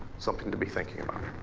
something to be thinking about.